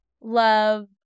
love